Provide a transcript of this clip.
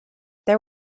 there